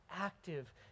active